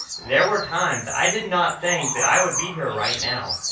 there were times i did not think that i would be here right now.